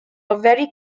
very